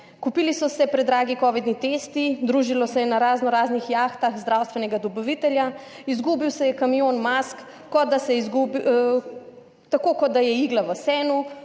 Kupili so se predragi covidni testi, družilo se je na razno raznih jahtah zdravstvenega dobavitelja, izgubil se je kamion mask tako, kot da je igla v senu,